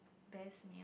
best